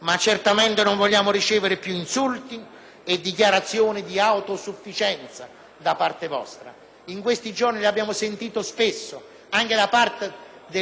in questi giorni le abbiamo sentite spesso, anche da parte del *leader* della maggioranza: «Se volete, volete; se no andiamo avanti lo stesso». In certi periodi